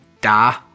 da